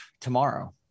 tomorrow